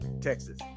Texas